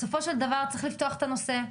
צריך לפתוח את הנושא,